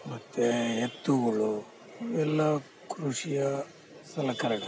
ಮತ್ತು ಎತ್ತುಗಳು ಇವೆಲ್ಲ ಕೃಷಿಯ ಸಲಕರಣೆಗಳು